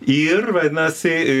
ir vadinasi